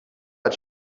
hat